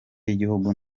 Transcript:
y’igihugu